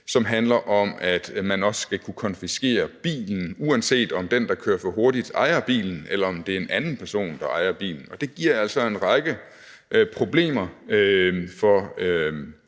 som handler om, at man også skal kunne konfiskere bilen, uanset om den, der kører for hurtigt, ejer bilen, eller om det er en anden person, der ejer bilen. Det giver altså en række problemer for